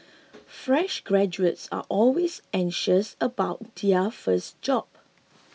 fresh graduates are always anxious about their first job